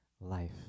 life